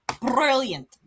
brilliant